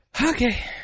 Okay